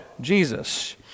jesus